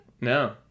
no